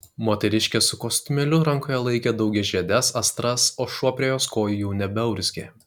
moteriškė su kostiumėliu rankoje laikė daugiažiedes astras o šuo prie jos kojų jau nebeurzgė